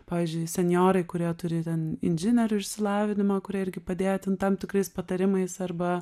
pavyzdžiui senjorai kurie turi ten inžinerinį išsilavinimą kurie irgi padėjo ten tam tikrais patarimais arba